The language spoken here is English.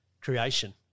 creation